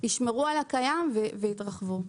ישמרו על הקיים והתרחבו.